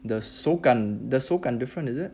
the 手感 different is it